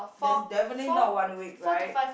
that's definitely not one week right